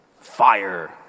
fire